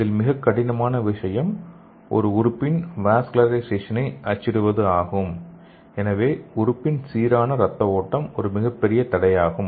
இதில் மிகக் கடினமான விஷயம் ஒரு உறுப்பில் வாஸ்குலரைசேஷனை அச்சிடுவது ஆகும் எனவே உறுப்பின் சீரான ரத்த ஓட்டம் ஒரு மிகப்பெரிய தடையாகும்